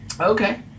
Okay